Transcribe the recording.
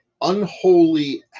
unholy